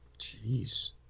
Jeez